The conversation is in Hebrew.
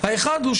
האחד,